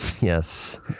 Yes